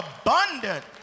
abundant